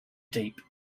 deep